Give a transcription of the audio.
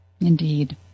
Indeed